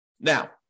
Now